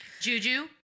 Juju